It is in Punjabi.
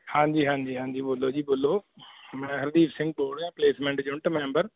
ਹਾਂਜੀ ਹਾਂਜੀ ਹਾਂਜੀ ਬੋਲੋ ਜੀ ਬੋਲੋ ਮੈਂ ਹਰਦੀਪ ਸਿੰਘ ਬੋਲ ਰਿਹਾ ਪਲੇਸਮੈਂਟ ਯੂਨਿਟ ਮੈਂਬਰ